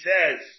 says